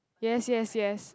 yes yes yes